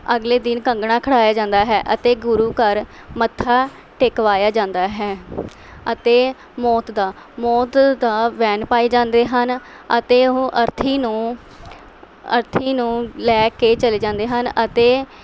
ਅਗਲੇ ਦਿਨ ਕੰਗਣਾ ਖਿਡਾਇਆ ਜਾਂਦਾ ਹੈ ਅਤੇ ਗੁਰੂ ਘਰ ਮੱਥਾ ਟੇਕਵਾਇਆ ਜਾਂਦਾ ਹੈ ਅਤੇ ਮੌਤ ਦਾ ਮੌਤ ਦਾ ਵੈਨ ਪਾਏ ਜਾਂਦੇ ਹਨ ਅਤੇ ਉਹ ਅਰਥੀ ਨੂੰ ਅਰਥੀ ਨੂੰ ਲੈ ਕੇ ਚਲੇ ਜਾਂਦੇ ਹਨ ਅਤੇ